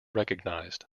recognized